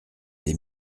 des